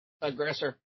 Aggressor